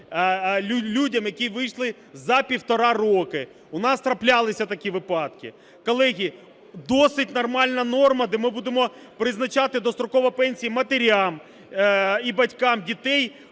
людям, які вийшли за півтора року. У нас траплялися такі випадки. Колеги, досить нормальна норма, де ми будемо призначати достроково пенсії матерям і батькам дітей,